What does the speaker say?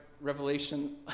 revelation